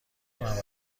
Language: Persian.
مواد